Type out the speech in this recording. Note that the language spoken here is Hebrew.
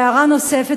הערה נוספת,